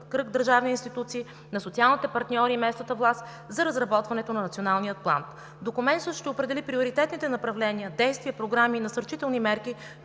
кръг държавни институции, на социалните партньори и местната власт за разработването на Националния план. Документът ще определи приоритетните направления, действия, програми и насърчителни мерки,